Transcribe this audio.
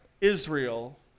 Israel